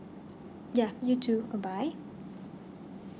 yeah you too bye bye